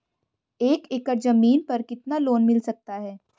एक एकड़ जमीन पर कितना लोन मिल सकता है?